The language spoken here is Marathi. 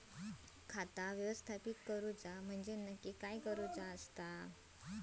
खाता व्यवस्थापित करूचा म्हणजे नक्की काय करूचा?